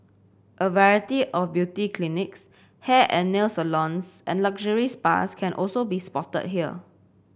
a variety of beauty clinics hair and nail salons and luxury spas can also be spotted here